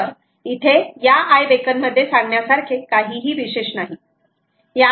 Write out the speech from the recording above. तर इथे या आय बेकन मध्ये सांगण्यासारखे काहीही विशेष नाही